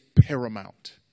paramount